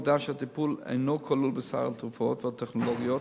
העובדה שהטיפול אינו כלול בסל התרופות והטכנולוגיות,